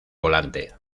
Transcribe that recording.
volante